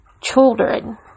children